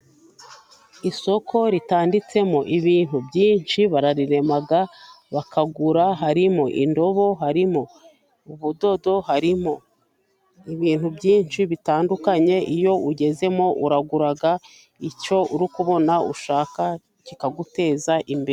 Isoko ritanditsemo ibintu byinshi. Bararirema bakagura. Harimo indobo ,harimo ubudodo harimo ibintu byinshi bitandukanye. Iyo ugezemo uragura icyo uri kubona ushaka kikaguteza imbere.